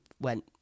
went